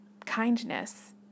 kindness